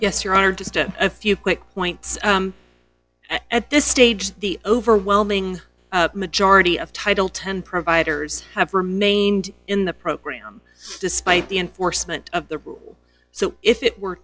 yes your honor just a few quick points at this stage the overwhelming majority of title ten providers have remained in the program despite the enforcement of the rules so if it were